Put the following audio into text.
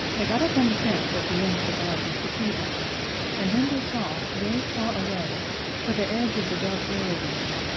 they got up on the fence at the end of the garden to see better and then they saw, very far away where the edge of the dark world is,